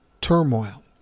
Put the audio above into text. turmoil